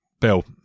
Bill